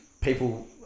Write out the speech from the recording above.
people